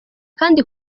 kandi